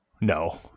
No